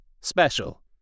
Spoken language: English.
Special